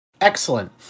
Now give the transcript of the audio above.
Excellent